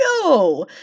No